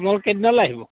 কেইদিনলে আহিব